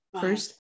first